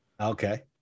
Okay